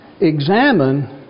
Examine